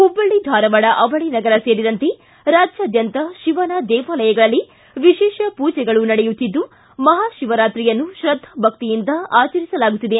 ಹುಬ್ಬಳ್ಳಿ ಧಾರವಾಡ ಅವಳಿ ನಗರ ಸೇರಿದಂತೆ ರಾಜ್ಯಾದ್ಯಂತ ಶಿವನ ದೇವಾಲಯಗಳಲ್ಲಿ ವಿಶೇಷ ಪೂಜೆಗಳು ನಡೆಯುತ್ತಿದ್ದು ಮಹಾಶಿವರಾತ್ರಿಯನ್ನು ತ್ರದ್ದಾ ಭಕ್ತಿಯಿಂದ ಆಚರಿಸಲಾಗುತ್ತಿದೆ